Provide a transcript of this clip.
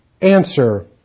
Answer